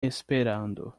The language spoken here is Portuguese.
esperando